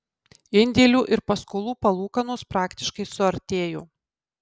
indėlių ir paskolų palūkanos praktiškai suartėjo